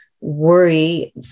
worry